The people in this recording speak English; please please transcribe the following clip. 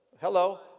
hello